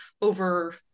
over